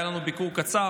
היה לנו ביקור קצר,